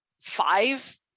five